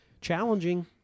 challenging